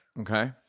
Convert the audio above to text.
Okay